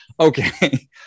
Okay